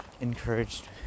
encouraged